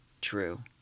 true